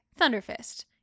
Thunderfist